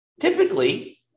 typically